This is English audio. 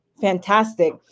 Fantastic